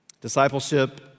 Discipleship